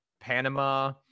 Panama